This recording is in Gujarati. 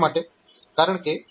શા માટે